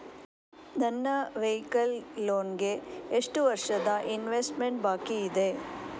ನನ್ನ vehicle loan ಗೆ ಎಷ್ಟು ವರ್ಷದ ಇನ್ಸ್ಟಾಲ್ಮೆಂಟ್ ಬಾಕಿ ಇದೆ?